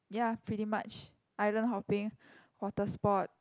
ya pretty much island hopping water sport